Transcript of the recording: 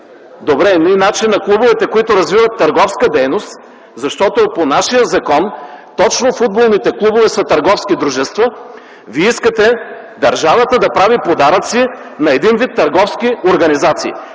Добре, значи клубовете, които развиват търговска дейност. Защото по нашия закон точно футболните клубове са търговски дружества. Вие искате държавата да прави подаръци на един вид търговски организации!